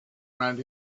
around